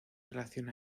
relación